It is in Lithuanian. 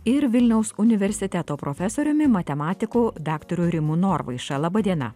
ir vilniaus universiteto profesoriumi matematiku daktaru rimu norvaiša laba diena